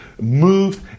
moved